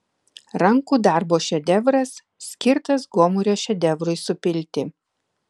rankų darbo šedevras skirtas gomurio šedevrui supilti